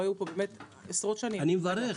היו פה במשך עשרות שנים --- אני מברך,